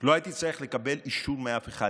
לא הייתי צריך לקבל אישור מאף אחד.